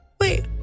wait